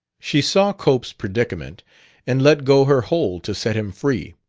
she saw cope's predicament and let go her hold to set him free.